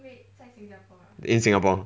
in singapore